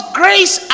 grace